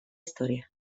historia